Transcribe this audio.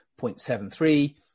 0.73